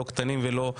אם זה קטינים או קשישים.